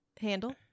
handle